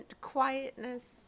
quietness